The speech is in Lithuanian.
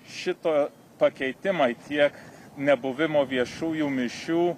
šito pakeitimai tiek nebuvimo viešųjų mišių